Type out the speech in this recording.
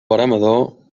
veremador